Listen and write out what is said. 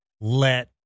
let